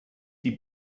die